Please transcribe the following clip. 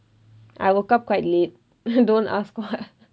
I woke up quite late don't ask what